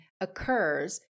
occurs